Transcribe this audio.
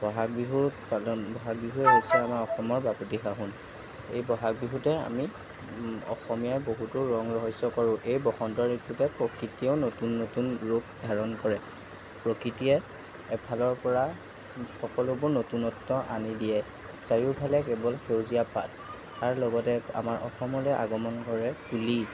বহাগ বিহুত পাদন বহাগ বিহু হৈছে আমাৰ অসমৰ বাপতিসাহোন এই বহাগ বিহুতে আমি অসমীয়াই বহুতো ৰং ৰহইচ কৰোঁ এই বসন্ত ঋতুতে প্ৰকৃতিয়েও নতুন নতুন ৰূপ ধাৰণ কৰে প্ৰকৃতিয়ে এফালৰপৰা সকলোবোৰ নতুনত্ব আনি দিয়ে চাৰিওফালে কেৱল সেউজীয়া পাত তাৰ লগতে আমাৰ অসমলৈ আগমন কৰে কুলি